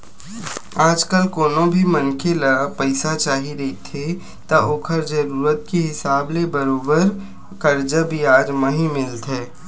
आजकल कोनो भी मनखे ल पइसा चाही रहिथे त ओखर जरुरत के हिसाब ले बरोबर करजा बियाज म ही मिलथे